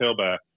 tailback